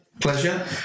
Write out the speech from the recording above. Pleasure